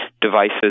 devices